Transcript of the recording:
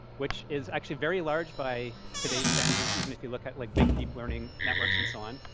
which is actually very large by today's standards, even if you look at, like, big, deep learning networks and so on.